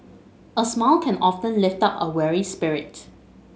a smile can often lift up a weary spirit